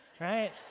right